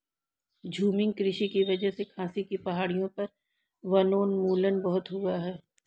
झूमिंग कृषि की वजह से खासी की पहाड़ियों पर वनोन्मूलन बहुत हुआ है